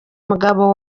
umugabo